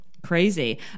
Crazy